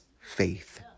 faith